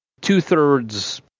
two-thirds